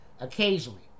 occasionally